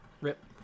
Rip